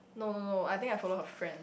no no no I think I follow her friend